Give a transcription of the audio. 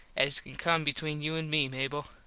as can come between you and me, mable.